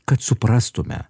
kad suprastume